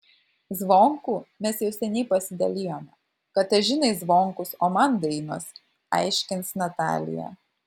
zvonkų mes jau seniai pasidalijome katažinai zvonkus o man dainos aiškins natalija